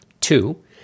Two